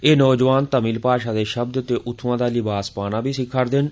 एह् नौजवान तमिल भाषा दे शब्द ते उत्थुंआ दा लिवास पाना बी सिक्खा करदे न